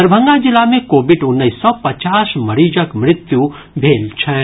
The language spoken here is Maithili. दरभंगा जिला मे कोविड उन्नैस सँ पचास मरीजक मृत्यु भेल छनि